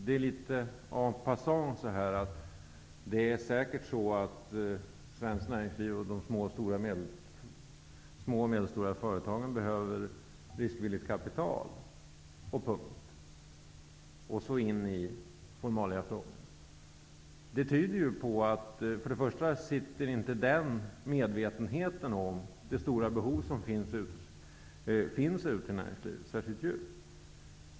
Det är litet en passant -- det är säkert så att svenskt näringsliv och de små och medelstora företagen behöver riskvilligt kapital, punkt. Därefter går ni in på formaliafrågor. För det första sitter inte medvetenheten om de stora behov som finns ute i näringslivet särskilt djupt.